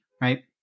right